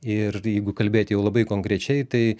ir jeigu kalbėti jau labai konkrečiai tai